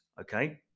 okay